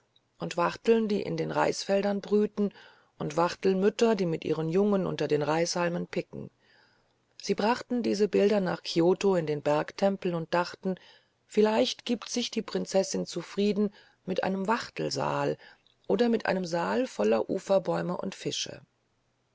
und wachteln die in den reisfeldern brüten und wachtelmütter die mit ihren jungen unter den reishalmen picken sie brachten diese bilder nach kioto in den bergtempel und dachten vielleicht gibt sich die prinzessin zufrieden mit einem wachtelsaal oder mit einem saal voller uferbäume und fische